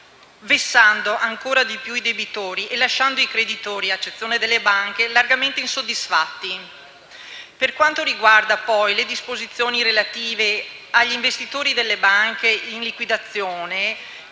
vessando ancora di più i debitori e lasciando i creditori, ad eccezione delle banche, largamente insoddisfatti. Per quanto riguarda, poi, le disposizioni relative agli investitori delle banche in liquidazione,